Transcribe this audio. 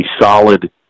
solid